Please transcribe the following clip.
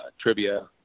trivia